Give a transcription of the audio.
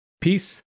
Peace